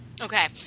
Okay